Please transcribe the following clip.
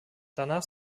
danach